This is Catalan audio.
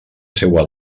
seua